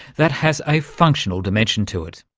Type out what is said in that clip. that has a functional dimension to it.